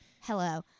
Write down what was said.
hello